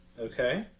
Okay